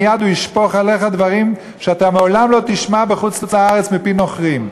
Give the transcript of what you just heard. מייד הוא ישפוך עליך דברים שאתה לעולם לא תשמע בחוץ-לארץ מפי נוכרים.